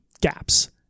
gaps